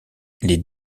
les